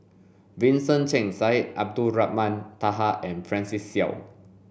Vincent Cheng Syed Abdulrahman Taha and Francis Seow